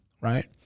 right